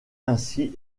ainsi